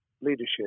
leadership